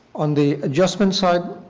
on the adjustment side,